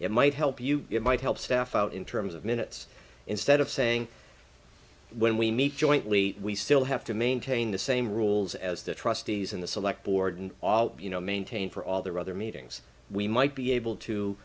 it might help you it might help staff out in terms of minutes instead of saying when we meet jointly we still have to maintain the same rules as the trustees and the select board you know maintain for all their other meetings we might be able to